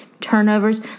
turnovers